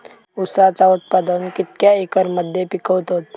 ऊसाचा उत्पादन कितक्या एकर मध्ये पिकवतत?